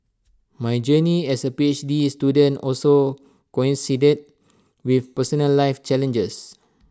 my journey as A P H D student also coincided with personal life challenges